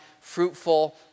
fruitful